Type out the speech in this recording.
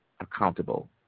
accountable